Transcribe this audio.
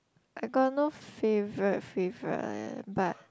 I got no favourite favourite but